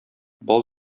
бал